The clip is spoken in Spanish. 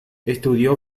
estudió